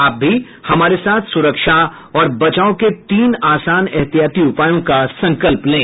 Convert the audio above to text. आप भी हमारे साथ सुरक्षा और बचाव के तीन आसान एहतियाती उपायों का संकल्प लें